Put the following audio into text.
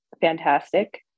fantastic